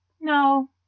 no